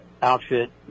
Outfit